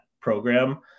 program